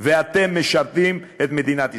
ואתם משרתים את מדינת ישראל.